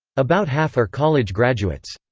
about half are college graduates.